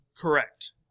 Correct